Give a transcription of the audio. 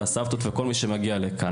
הסבתות וכל מי שמגיע לכאן.